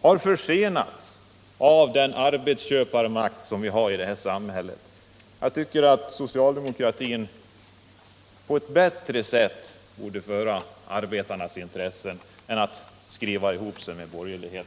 har försenats av arbetsköparmakten i det här samhället. Socialdemokratin borde föra arbetarnas talan på ett bättre sätt än genom att skriva ihop sig med borgerligheten.